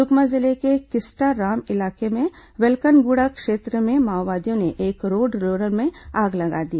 सुकमा जिले में किस्टाराम इलाके के वेलकनगुड़ा क्षेत्र में माओवादियों ने एक रोड रोलर में आग लगा दी